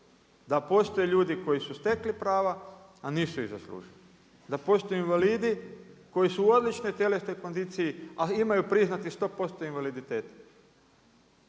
da postoje ljudi koji su stekli prava, a nisu ih zaslužili. Da postoje invalidi, koji su u odličnoj tjelesnoj kondiciji, a imaju priznate 100% invaliditete.